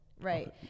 right